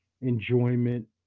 enjoyment